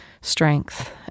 strength